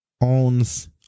owns